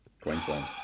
Queensland